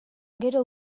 gero